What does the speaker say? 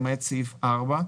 למעט סעיף 4,